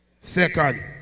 Second